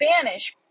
Spanish